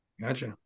Gotcha